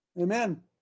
Amen